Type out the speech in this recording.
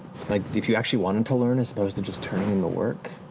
like, if you actually wanted to learn as opposed to just turning in the work.